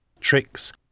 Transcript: tricks